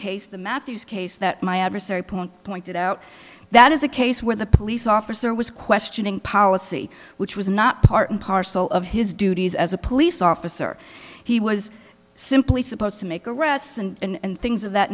case the matthews case that my adversary point pointed out that is a case where the police officer was questioning policy which was not part and parcel of his duties as a police officer he was simply supposed to make arrests and things of that